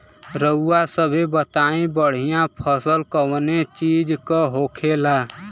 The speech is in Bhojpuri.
रउआ सभे बताई बढ़ियां फसल कवने चीज़क होखेला?